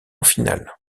finale